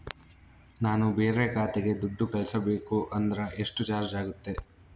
ನಾನು ಬೇರೆ ಖಾತೆಗೆ ದುಡ್ಡು ಕಳಿಸಬೇಕು ಅಂದ್ರ ಎಷ್ಟು ಚಾರ್ಜ್ ಆಗುತ್ತೆ?